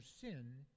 sin